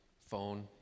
phone